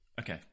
Okay